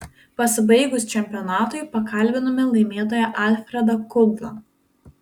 pasibaigus čempionatui pakalbinome laimėtoją alfredą kudlą